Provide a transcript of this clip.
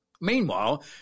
Meanwhile